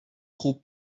خوب